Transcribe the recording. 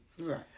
Right